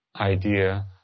idea